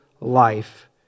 life